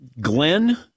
Glenn